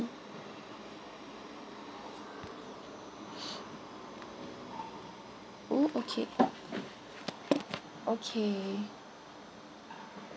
oh okay okay